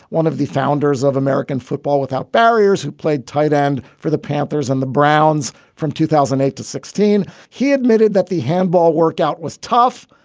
one of the founders of american football without barriers, who played tight end for the panthers and the browns from two thousand and eight to sixteen. he admitted that the handball workout was tough,